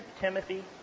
Timothy